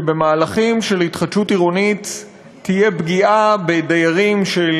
שבמהלכים של התחדשות עירונית תהיה פגיעה בדיירים של